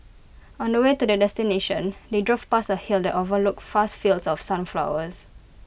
on the way to their destination they drove past A hill that overlooked fast fields of sunflowers